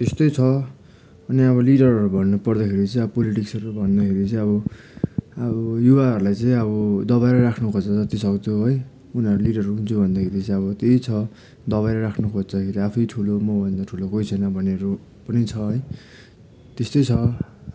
त्यस्तै छ अनि अब लिडरहरू भन्नुपर्दाखेरि चाहिँ अब पोलिटिक्सहरू भन्दाखेरि चाहिँ अब अब युवाहरूलाई चाहिँ अब दबाएर राख्नु खोज्छ जति सक्छ है उनीहरू लिडरहरू हुन् जो भन्दैखेरि चाहिँ अब त्यही छ दबाएर राख्नु खोज्छ के अरे आफै ठुलो मभन्दा ठुलो कोही छैन भन्नेहरू पनि छ है त्यस्तै छ